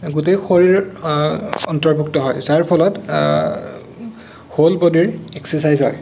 গোটেই শৰীৰ অন্তৰ্ভুক্ত হয় যাৰ ফলত হ'ল বডিৰ এক্সেছাইজ হয়